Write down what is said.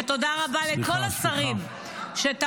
ותודה רבה לכל השרים שתמכו,